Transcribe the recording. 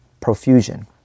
profusion